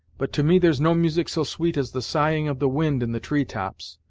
but to me there's no music so sweet as the sighing of the wind in the tree tops,